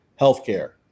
healthcare